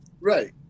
Right